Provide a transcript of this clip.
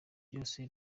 byose